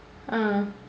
ah